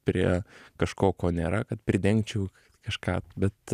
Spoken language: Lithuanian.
prie kažko ko nėra kad pridengčiau kažką bet